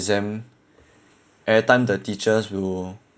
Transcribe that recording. exam every time the teachers will